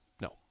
No